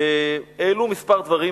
הועלו כמה דברים,